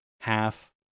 half